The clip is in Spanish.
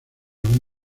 aún